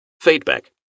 feedback